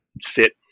sit